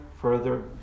further